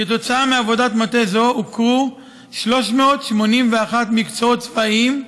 כתוצאה מעבודת מטה זו הוכרו 381 מקצועות צבאיים,